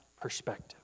perspective